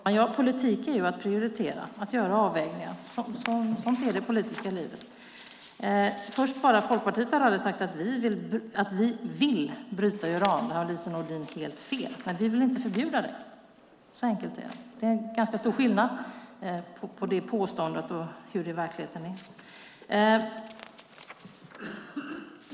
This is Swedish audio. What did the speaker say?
Herr talman! Politik är att prioritera och att göra avvägningar. Sådant är det politiska livet. Vi i Folkpartiet har aldrig sagt att vi vill bryta uran. Där har Lise Nordin helt fel. Men vi vill inte förbjuda det. Så enkelt är det. Det är en ganska stor skillnad mellan hennes påstående och hur det är i verkligheten.